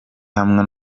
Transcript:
hamwe